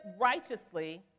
righteously